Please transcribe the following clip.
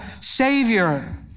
savior